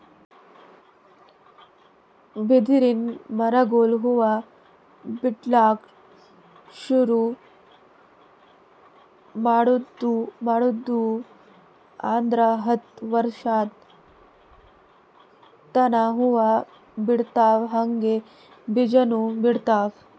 ಬಿದಿರಿನ್ ಮರಗೊಳ್ ಹೂವಾ ಬಿಡ್ಲಕ್ ಶುರು ಮಾಡುದ್ವು ಅಂದ್ರ ಹತ್ತ್ ವರ್ಶದ್ ತನಾ ಹೂವಾ ಬಿಡ್ತಾವ್ ಹಂಗೆ ಬೀಜಾನೂ ಬಿಡ್ತಾವ್